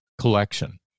collection